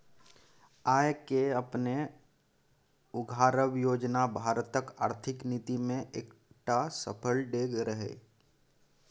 आय केँ अपने उघारब योजना भारतक आर्थिक नीति मे एकटा सफल डेग रहय